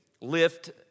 lift